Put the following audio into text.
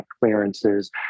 clearances